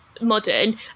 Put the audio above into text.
modern